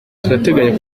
turateganya